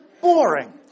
Boring